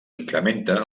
incrementa